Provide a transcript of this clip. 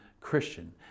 Christian